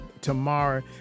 tomorrow